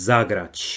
Zagrać